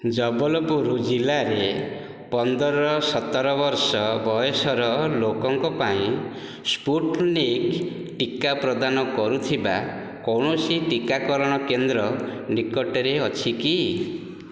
ଜବଲପୁର ଜିଲ୍ଲାରେ ପନ୍ଦର ସତର ବର୍ଷ ବୟସର ଲୋକଙ୍କ ପାଇଁ ସ୍ପୁଟନିକ୍ ଟିକା ପ୍ରଦାନ କରୁଥିବା କୌଣସି ଟିକାକରଣ କେନ୍ଦ୍ର ନିକଟରେ ଅଛି କି